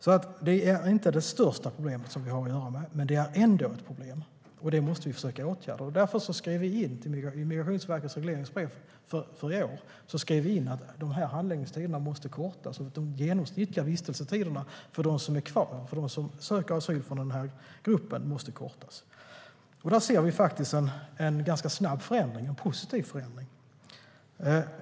Så det är inte det största problemet vi har att hantera i dag, men det är ändå ett problem, och det måste vi försöka att åtgärda. Därför skrev vi in i Migrationsverkets regleringsbrev för i år att handläggningstiderna och de genomsnittliga vistelsetiderna måste kortas för dem som söker asyl från den här gruppen av länder. Det har faktiskt skett en ganska snabb och positiv förändring.